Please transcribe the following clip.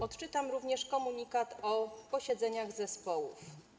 Odczytam również komunikat o posiedzeniach zespołów.